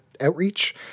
outreach